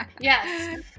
Yes